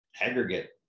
Aggregate